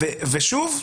ושוב,